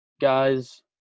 guys